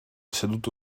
seduto